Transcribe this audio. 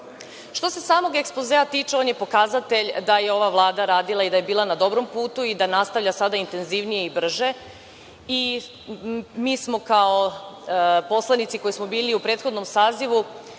se samog ekspozea tiče, on je pokazatelj da je ova Vlada radila i da je bila na dobrom putu i da nastavlja sada intenzivnije i brže. Mi smo kao poslanici koji smo bili u prethodnom sazivu